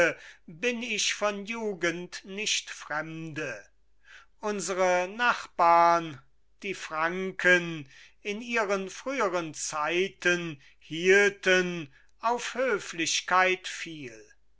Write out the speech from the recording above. bin ich von jugend nicht fremde unsere nachbarn die franken in ihren früheren zeiten hielten auf höflichkeit viel